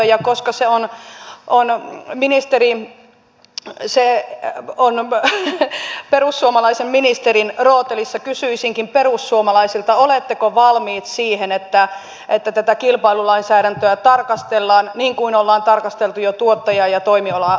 ja koska se on perussuomalaisen ministerin rootelissa kysyisinkin perussuomalaisilta oletteko valmiit siihen että tätä kilpailulainsäädäntöä tarkastellaan niin kuin on tarkasteltu jo tuottaja ja toimialaorganisaatiotakin